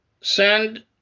send